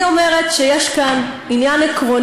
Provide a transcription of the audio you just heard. את לא מצטטת נכון,